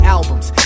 albums